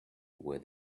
with